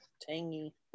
tangy